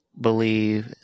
believe